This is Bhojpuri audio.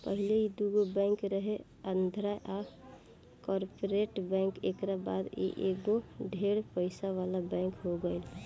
पहिले ई दुगो बैंक रहे आंध्रा आ कॉर्पोरेट बैंक एकरा बाद ई एगो ढेर पइसा वाला बैंक हो गईल